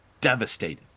devastated